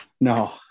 No